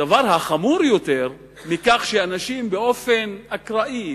הדבר החמור יותר מכך הוא שאנשים באופן אקראי,